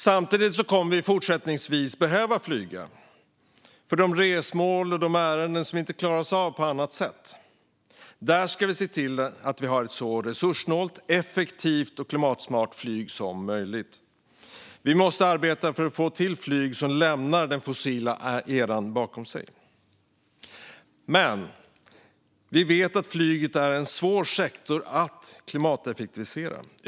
Samtidigt kommer vi fortsättningsvis att behöva flyga till de resmål och i de ärenden som inte kan nås eller klaras av på annat sätt. Där ska vi se till att ha ett så resurssnålt, effektivt och klimatsmart flyg som möjligt. Vi måste arbeta för att få till flyg som lämnar den fossila eran bakom sig. Men vi vet att flyget är en svår sektor att klimateffektivisera.